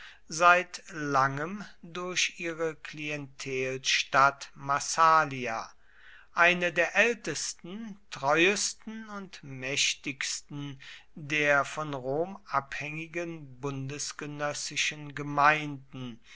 seit langem durch ihre klientelstadt massalia eine der ältesten treuesten und mächtigsten der von rom abhängigen bundesgenössischen gemeinden